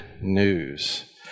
news